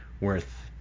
worth